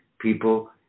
people